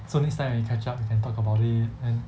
so next time when you catch up you can talk about it and